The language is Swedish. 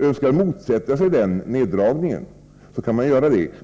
önskar motsätta sig denna neddragning — och man kan väl förstå att de försäkringsanställda vill det — så kan man göra det.